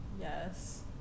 Yes